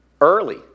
early